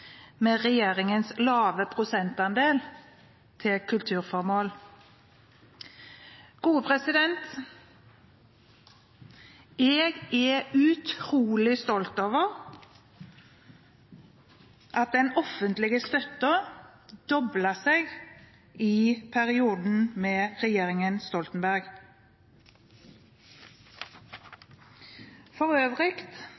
med regjeringens lave prosentandel til kulturformål. Jeg er utrolig stolt over at den offentlige støtten ble doblet i perioden med regjeringen Stoltenberg. For øvrig